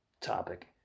topic